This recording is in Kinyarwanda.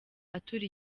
atura